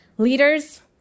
Leaders